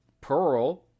Pearl